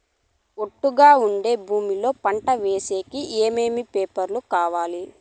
ఒట్టుగా ఉండే భూమి లో పంట వేసేకి ఏమేమి పేపర్లు కావాలి?